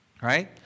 Right